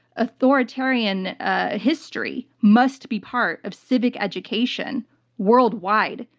authoritarian ah history must be part of civic education worldwide,